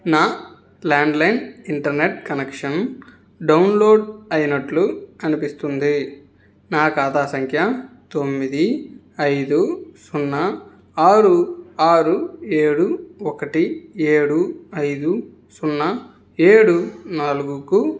నా landline internet connection download అయినట్లు అనిపిస్తుంది నా ఖాతా సంఖ్య తొమ్మిది ఐదు సున్నా ఆరు ఆరు ఏడు ఒకటి ఏడు ఐదు సున్నా ఏడు నాలుగుకు